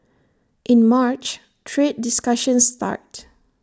in March trade discussions start